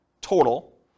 total